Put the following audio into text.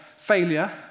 failure